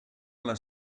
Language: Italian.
alla